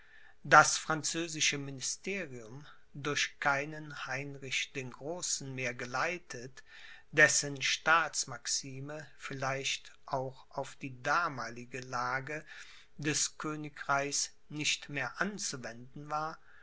das französische ministerium durch keinen heinrich den großen mehr geleitet dessen staatsmaxime vielleicht auch auf die damalige lage des königreichs nicht mehr anzuwenden war